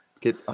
Get